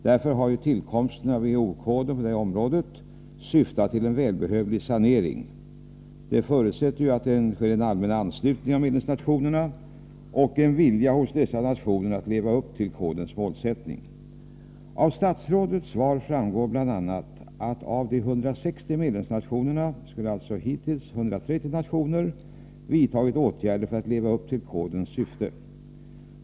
Därför har tillkomsten av WHO-koden på detta område syftat till en välbehövlig sanering. Detta förutsätter dock en allmän anslutning av medlemsnationerna och en vilja hos dessa nationer att leva upp till kodens målsättning. Av statsrådets svar framgår bl.a. att av de 160 medlemsnationerna skulle hittills 130 nationer ha vidtagit åtgärder för att leva upp till kodens syfte.